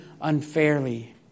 unfairly